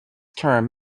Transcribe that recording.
term